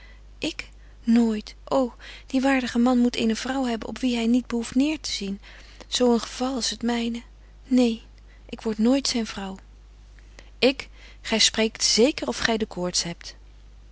ik nooit ô die waardige man moet eene vrouw hebben op wie hy niet behoeft neêr te zien zo een geval als t myne neen ik word nooit zyn vrouw ik gy spreekt zeker of gy de koorts hebt